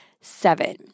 seven